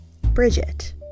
Bridget